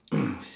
yes